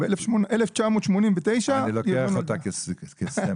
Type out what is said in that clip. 1989. אני לוקח אותה כסמל.